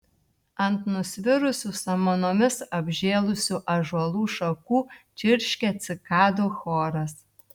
ant nusvirusių samanomis apžėlusių ąžuolų šakų čirškė cikadų choras